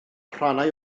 rhannau